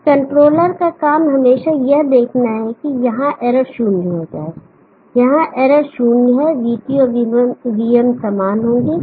इस कंट्रोलर का काम हमेशा यह देखना है कि यहां इरर शून्य हो जाए यहां इरर शून्य है vT और vm समान होंगे